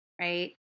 right